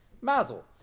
mazel